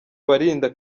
barinda